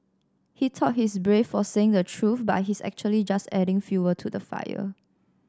he thought he's brave for saying the truth but he's actually just adding fuel to the fire